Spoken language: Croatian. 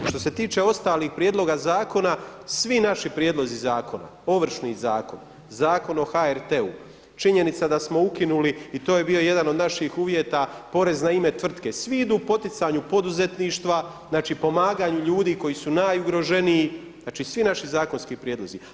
Što se tiče ostalih prijedloga zakona, svi naši prijedlozi zakona Ovršni zakon, Zakon o HRT-u, činjenica da smo ukinuli i to je bio jedan od naših uvjeta, porez na ime tvrtke, svi idu poticanju poduzetništva, pomaganju ljudi koji su najugroženiji, svi naši zakonski prijedlozi.